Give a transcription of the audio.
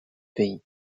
pays